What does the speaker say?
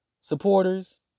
supporters